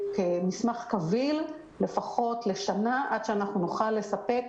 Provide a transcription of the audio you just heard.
כמסמך קביל למשך שנה לפחות עד שנוכל לספק